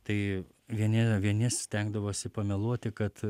tai vieni vieni stengdavosi pameluoti kad